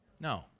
No